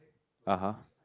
(uh huh)